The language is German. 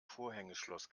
vorhängeschloss